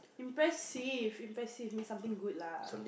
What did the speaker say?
impressive impressive means something good lah